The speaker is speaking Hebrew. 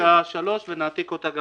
בפסקה (3) ונעתיק אותה גם